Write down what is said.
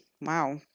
wow